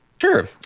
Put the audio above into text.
Sure